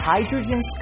Hydrogen